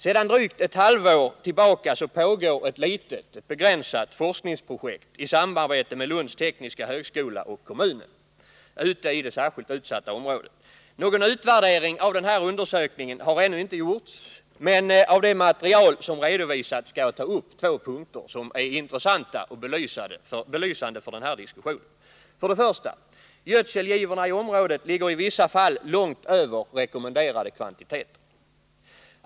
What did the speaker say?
Sedan drygt ett halvår tillbaka pågår ett begränsat forskningsprojekt i det särskilt utsatta området, i samarbete mellan Lunds tekniska högskola och kommunen. Någon utvärdering av undersökningen har ännu inte gjorts, men av det material som redovisats skall jag ta upp två punkter, som är intressanta och belysande för denna diskussion. 1. Gödselgivorna i området ligger i vissa fall långt över rekommenderade kvantiteter.